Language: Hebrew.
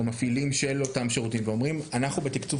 ומפעילים של אותם שירותים ואומרים: אנחנו בתקצוב